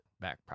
back